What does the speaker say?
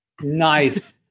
Nice